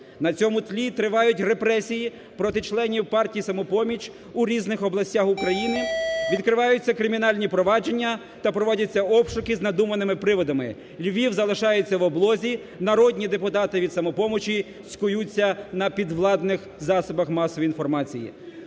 На цьому тлі тривають репресії проти членів партії "Самопоміч". У різних областях України відкриваються кримінальні провадження та проводяться обшуки з надуманими приводами: Львів залишається в облозі, народні депутати від "Самопомочі" цькуються на підвладних засобах масової інформації.